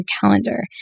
calendar